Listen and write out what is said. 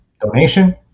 donation